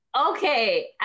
Okay